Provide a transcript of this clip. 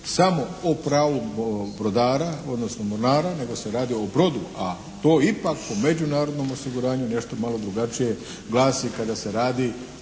samo o pravu brodara, odnosno mornara, nego se radi o brodu. A to ipak po međunarodnom osiguranju nešto malo drugačije glasi kada se radi